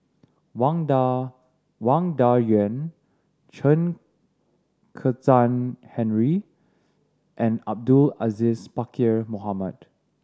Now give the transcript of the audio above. Wang Dayuan Chen Kezhan Henri and Abdul Aziz Pakkeer Mohamed